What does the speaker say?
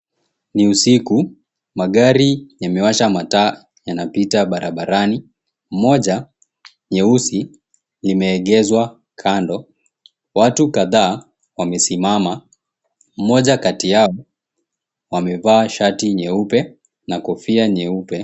Ni usiku magari yamewasha mataa yanapita barabarani moja nyeusi imeegezwa kando watu kadhaa wamesimama mmoja kati yao amevaa shati nyeupe na kofia nyeupe.